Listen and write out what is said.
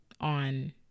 on